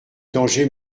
danger